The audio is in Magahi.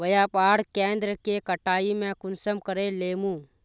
व्यापार केन्द्र के कटाई में कुंसम करे लेमु?